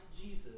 Jesus